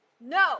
No